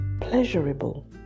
pleasurable